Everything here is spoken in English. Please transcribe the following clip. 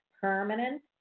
permanent